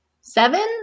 Seven